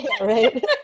Right